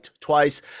Twice